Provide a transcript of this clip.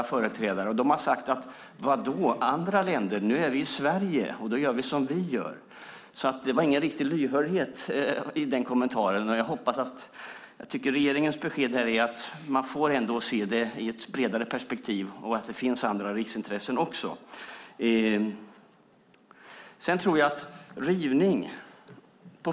De har sagt: Vadå, andra länder? Nu är vi i Sverige och gör som vi gör. Det var ingen riktig lyhördhet i den kommentaren. Regeringens besked är att man måste se det i ett bredare perspektiv och att det finns andra riksintressen också.